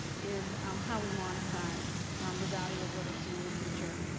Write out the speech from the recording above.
is how we monetize um the value of literacy in the future.